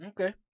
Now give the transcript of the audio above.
Okay